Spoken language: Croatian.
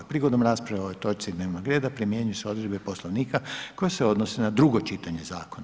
Prigodom rasprave o ovoj točki dnevnog reda primjenjuju se odredbe Poslovnika koje se odnose na drugo čitanje zakona.